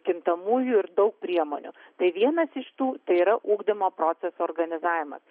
kintamųjų ir daug priemonių tai vienas iš tų tai yra ugdymo proceso organizavimas